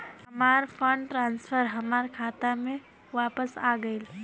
हमार fund transfer हमार खाता में वापस आ गइल